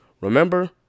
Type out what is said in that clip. remember